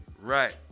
Right